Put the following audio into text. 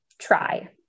try